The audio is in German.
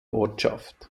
ortschaft